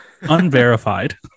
Unverified